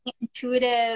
intuitive